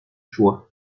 joie